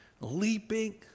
leaping